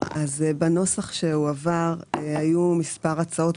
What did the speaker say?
אז בנוסח שהועבר היו מספר הצעות,